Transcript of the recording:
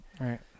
right